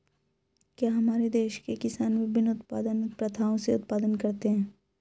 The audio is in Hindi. क्या हमारे देश के किसान विभिन्न उत्पादन प्रथाओ से उत्पादन करते हैं?